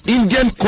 Indian